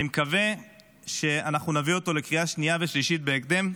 אני מקווה שאנחנו נביא אותו לקריאה שנייה ושלישית בהקדם.